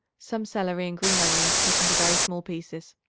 some celery and green onions cut into very small pieces.